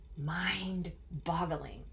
mind-boggling